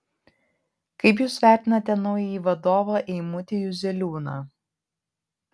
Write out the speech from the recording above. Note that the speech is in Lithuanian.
kaip jūs vertinate naująjį vadovą eimutį juzeliūną